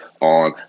on